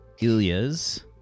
Ilya's